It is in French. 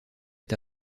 est